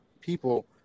people